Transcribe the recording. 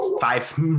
Five